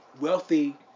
wealthy